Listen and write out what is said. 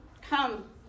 come